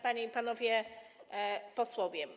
Panie i Panowie Posłowie!